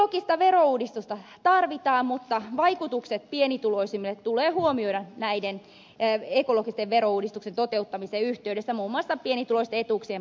ekologista verouudistusta tarvitaan mutta vaikutukset pienituloisimmille tulee huomioida näiden ekologisten verouudistusten toteuttamisen yhteydessä muun muassa pienituloisten etuuksien parannuksina